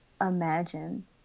imagine